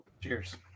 Cheers